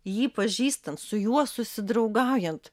jį pažįstant su juo susidraugaujant